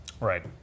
Right